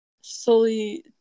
slowly